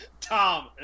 Tom